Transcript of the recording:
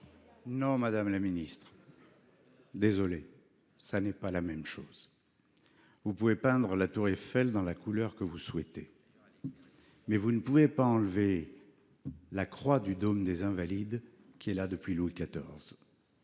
Non, madame la ministre, je le regrette, il ne s’agit pas de la même chose. Vous pouvez peindre la tour Eiffel dans la couleur que vous souhaitez, mais vous ne pouvez pas enlever la croix du dôme des Invalides, qui trône depuis Louis XIV.